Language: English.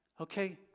Okay